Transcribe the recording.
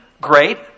great